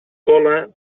cola